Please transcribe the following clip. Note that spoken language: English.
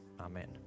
Amen